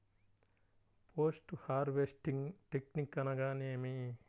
Post harvesting technique అనగా నేమి?